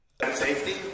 Safety